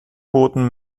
booten